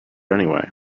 anyway